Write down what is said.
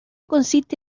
consiste